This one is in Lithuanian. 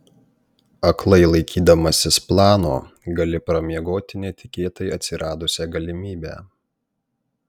aklai laikydamasis plano gali pramiegoti netikėtai atsiradusią galimybę